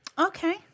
Okay